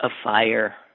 afire